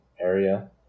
area